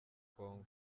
congo